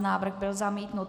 Návrh byl zamítnut.